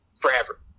forever